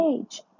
age